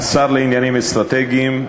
השר לעניינים אסטרטגיים,